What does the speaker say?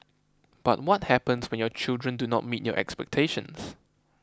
but what happens when your children do not meet your expectations